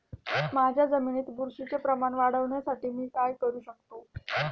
माझ्या जमिनीत बुरशीचे प्रमाण वाढवण्यासाठी मी काय करू शकतो?